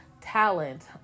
Talent